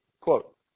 Quote